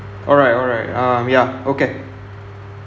alright alright um ya okay